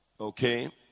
okay